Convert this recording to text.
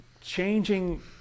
Changing